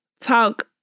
talk